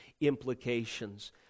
implications